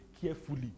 carefully